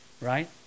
right